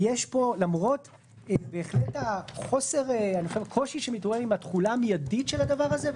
למרות הקושי שמתעורר עם התחולה המיידית של הדבר הזה,